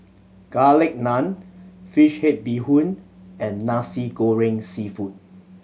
Garlic Naan fish head bee hoon and Nasi Goreng Seafood